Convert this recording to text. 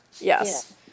Yes